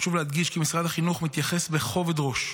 חשוב להדגיש כי משרד החינוך מתייחס בכובד ראש,